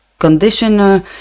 conditioner